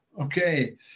Okay